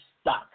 stuck